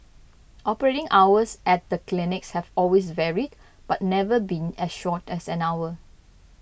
operating hours at the clinics have always varied but never been as short as an hour